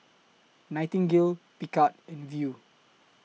Nightingale Picard and Viu